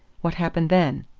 what happened then?